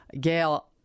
Gail